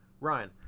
Ryan